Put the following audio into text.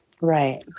Right